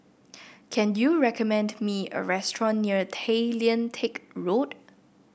can you recommend me a restaurant near Tay Lian Teck Road